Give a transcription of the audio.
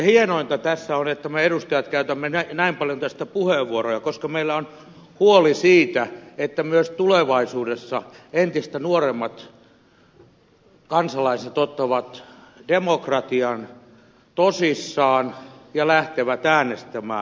hienointa tässä on se että me edustajat käytämme näin paljon tästä puheenvuoroja koska me pidämme huolta siitä että myös tulevaisuudessa entistä nuoremmat kansalaiset ottavat demokratian tosissaan ja lähtevät äänestämään